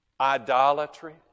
idolatry